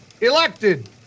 elected